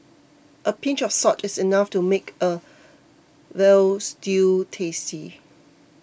a pinch of salt is enough to make a Veal Stew tasty